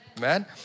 man